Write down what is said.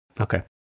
okay